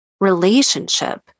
relationship